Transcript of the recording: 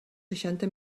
seixanta